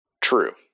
True